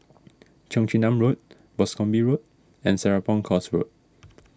Cheong Chin Nam Road Boscombe Road and Serapong Course Road